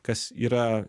kas yra